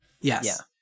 yes